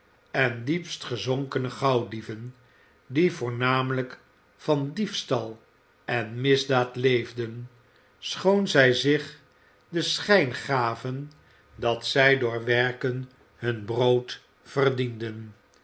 en diepst gezonkene gauwdieven die voornamelijk van diefstal en misdaad leefden schoon zij zich den schijn gaven dat zij door werken hun brood verdienden